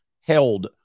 held